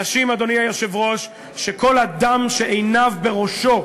אנשים, אדוני היושב-ראש, שכל אדם שעיניו בראשו,